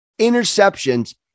interceptions